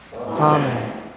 Amen